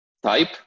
Type